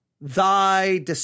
thy